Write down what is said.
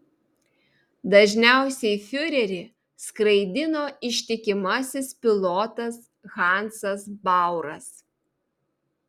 dažniausiai fiurerį skraidino ištikimasis pilotas hansas bauras